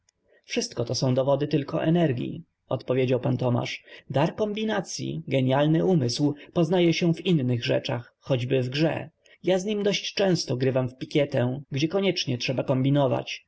dowody wszystkoto są dowody tylko emergiienergii odpowiedział p tomasz dar kombinacyi gienialny umysł poznaje się w innych rzeczach choćby w grze ja z nim dosyć często grywam w pikietę gdzie koniecznie trzeba kombinować